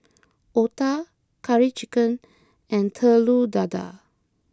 Otah Curry Chicken and Telur Dadah